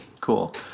Cool